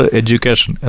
education